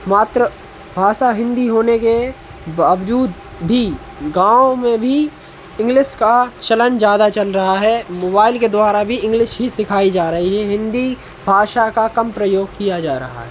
मातृभाषा हिंदी होने के बावजूद भी गाँव में भी इंग्लिस का चलन ज़्यादा चल रहा है मोबाइल के द्वारा भी इंग्लिश ही सिखाई जा रही है हिंदी भाषा का कम प्रयोग किया जा रहा है